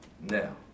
now